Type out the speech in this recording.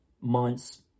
months